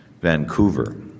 Vancouver